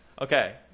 Okay